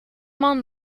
man